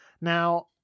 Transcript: Now